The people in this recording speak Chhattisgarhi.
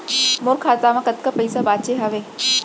मोर खाता मा कतका पइसा बांचे हवय?